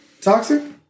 Toxic